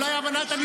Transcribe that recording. בואו נראה איך